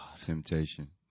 Temptation